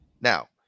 Now